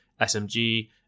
SMG